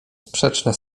sprzeczne